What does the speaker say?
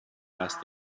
last